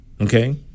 Okay